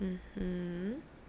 mmhmm